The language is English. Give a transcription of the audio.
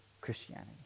Christianity